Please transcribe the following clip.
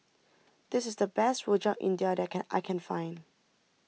this is the best Rojak India that can I can find